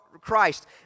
Christ